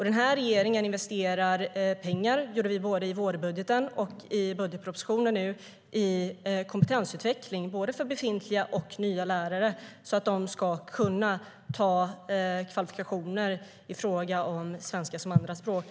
Den här regeringen investerar pengar - både i vårbudgeten och nu i budgetpropositionen - i kompetensutveckling för både befintliga och nya lärare, så att de ska kunna ta kvalifikationer i fråga om svenska som andraspråk.